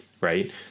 right